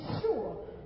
sure